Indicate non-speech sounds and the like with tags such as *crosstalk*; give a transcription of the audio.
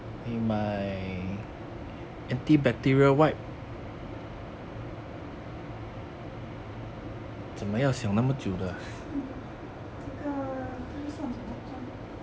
*laughs* 这个这个算什么算